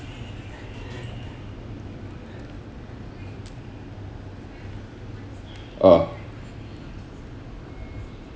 orh